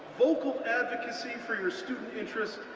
vocal advocacy for your student interests,